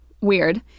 Weird